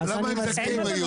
למה הם זכאים היום?